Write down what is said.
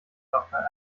after